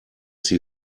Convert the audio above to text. sie